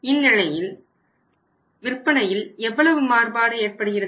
இந்நிலையில் விற்பனையில் எவ்வளவு மாறுபாடு ஏற்படுகிறது